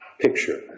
picture